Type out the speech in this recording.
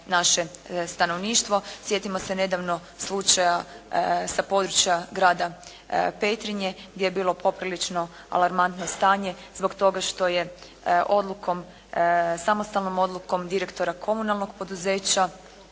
naše stanovništvo. Sjetimo se nedavno slučaja sa područja grada Petrinje gdje je bilo poprilično alarmantno stanje zbog toga što je odlukom, samostalnom odlukom direktora komunalnog poduzeća